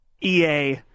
EA